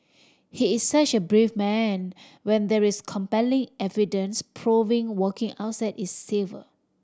he is such a brave man when there is compelling evidence proving walking outside is safer